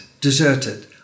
deserted